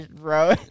bro